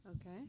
okay